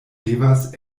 devas